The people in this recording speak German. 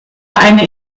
eine